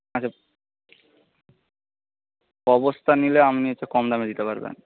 আচ্ছা কবস্তা নিলে আপনি একটু কম দামে দিতে পারবেন